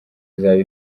izaba